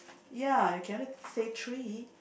ya you can only say three